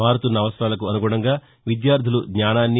మారుతున్న అవసరాలకు అనుగుణంగా విద్యార్దలు జ్ఞానాన్ని